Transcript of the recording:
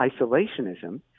isolationism